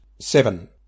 seven